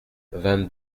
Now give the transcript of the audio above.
vingt